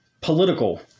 political